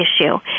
issue